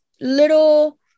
little